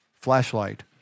flashlight